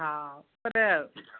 हा पर